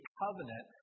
covenant